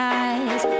eyes